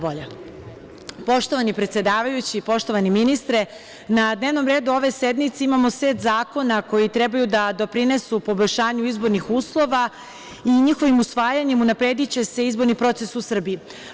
Poštovani predsedavajući, poštovani ministre, na dnevnom redu ove sednice imamo set zakona koji trebaju da doprinesu poboljšanju izbornih uslova i njihovim usvajanjem unaprediće se izborni proces u Srbiji.